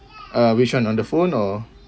uh which one on the phone or